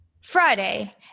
Friday